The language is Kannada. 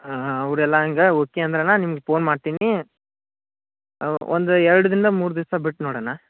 ಅವರೆಲ್ಲ ಹಂಗೆ ಓಕೆ ಅಂದ್ರೆ ಅಣ್ಣ ನಿಮ್ಗೆ ಪೋನ್ ಮಾಡ್ತೀನಿ ಒಂದು ಎರಡರಿಂದ ಮೂರು ದಿವಸ ಬಿಟ್ಟು ನೋಡಿ ಅಣ್ಣ